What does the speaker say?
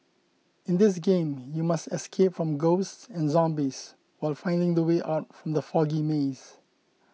in this game you must escape from ghosts and zombies while finding the way out from the foggy maze